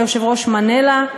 היושב-ראש מנלה,